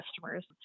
customers